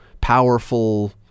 powerful